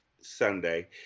Sunday